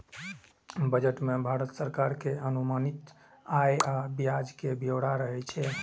budget मे भारत सरकार के अनुमानित आय आ व्यय के ब्यौरा रहै छै